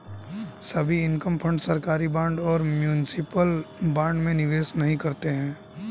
सभी income fund सरकारी bond और म्यूनिसिपल बॉन्ड में निवेश नहीं करते हैं